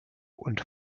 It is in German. und